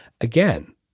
again